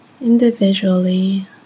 individually